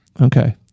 Okay